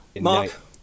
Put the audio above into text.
mark